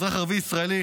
אזרח ערבי ישראלי,